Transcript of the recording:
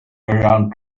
around